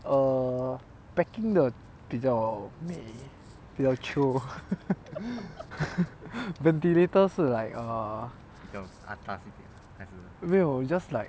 err packing 的比较美比较 chio ventilator 是 like err 没有 just like